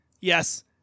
Yes